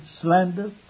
slander